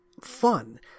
fun